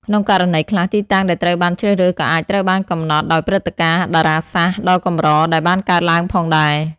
ក្នុងករណីខ្លះ ទីតាំងដែលត្រូវបានជ្រើសរើសក៏អាចត្រូវបានកំណត់ដោយព្រឹត្តិការណ៍តារាសាស្ត្រដ៏កម្រដែលបានកើតឡើងផងដែរ។